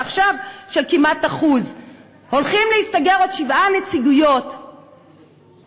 ועכשיו של כמעט 1%. הולכים לסגור עוד שבע נציגויות בעולם.